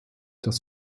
das